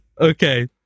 okay